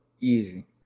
Easy